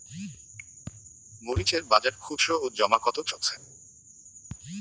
মরিচ এর বাজার খুচরো ও জমা কত চলছে?